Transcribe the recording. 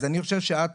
אז אני חושב שאת,